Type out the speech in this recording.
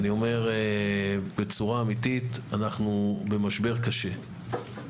אני אומר בצורה אמיתית אנחנו במשבר קשה.